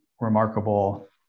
remarkable